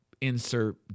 insert